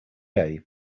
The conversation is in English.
day